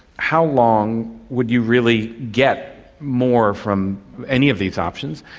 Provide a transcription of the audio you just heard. how long would you really get more from any of these options,